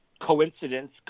coincidence